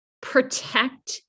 protect